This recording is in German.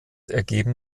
ergeben